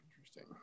Interesting